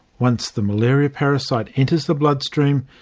once the malaria parasite enters the blood stream,